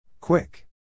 Quick